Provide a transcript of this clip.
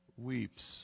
weeps